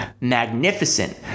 magnificent